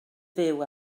fyw